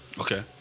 Okay